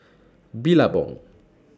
Billabong